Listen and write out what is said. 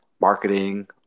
marketing